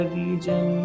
region